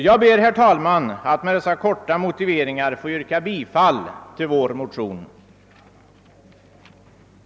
Jag ber, herr talman, att med dessa kortfattade motiveringar få yrka bifall till motionerna 1: 538 och II: 634.